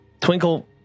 Twinkle